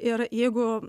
ir jeigu